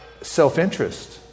self-interest